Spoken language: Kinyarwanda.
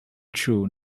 chew